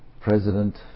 president